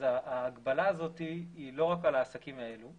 ההגבלה הזאת היא לא רק על העסקים האלה.